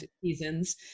seasons